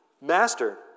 Master